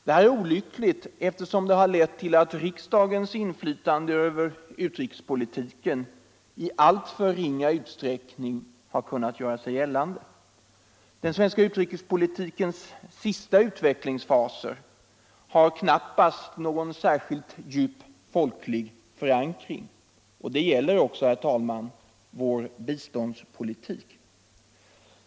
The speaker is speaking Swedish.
Detta är olyckligt, eftersom det har lett till att bl.a. riksdagens inflytande över utrikespolitiken i alltför ringa utsträckning kunnat göra sig gällande. Den svenska utrikespolitikens senaste utvecklingsfaser har knappast någon särskilt djup folklig förankring. Det gäller också vår biståndspolitik.